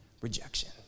rejection